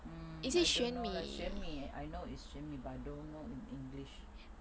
mm I don't know leh 玄米 I know is 玄米 but I don't know in english